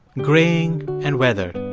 graying and weathered.